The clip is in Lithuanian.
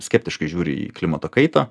skeptiškai žiūri į klimato kaitą